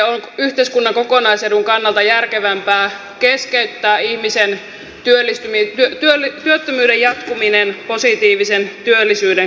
on yhteiskunnan kokonaisedun kannalta järkevämpää keskeyttää ihmisen työttömyyden jatkuminen positiivisen työllisyyden kautta